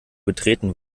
betreten